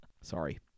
Sorry